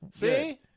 See